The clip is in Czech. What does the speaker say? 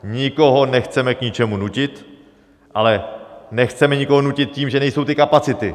Nikoho nechceme k ničemu nutit, ale nechceme nikoho nutit tím, že nejsou ty kapacity.